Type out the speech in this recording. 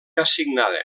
assignada